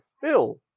fill